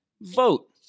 vote